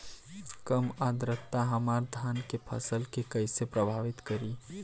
कम आद्रता हमार धान के फसल के कइसे प्रभावित करी?